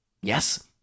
yes